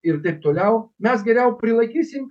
ir taip toliau mes geriau prilaikysim